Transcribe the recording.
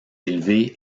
élevé